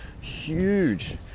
huge